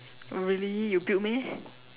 oh really you build meh